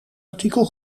artikel